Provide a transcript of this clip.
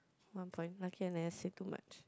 one point lucky I never say too much